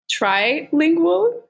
trilingual